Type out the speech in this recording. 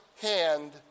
hand